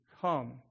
come